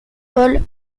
paul